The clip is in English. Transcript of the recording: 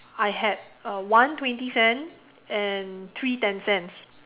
I had uh one twenty cent and three ten cents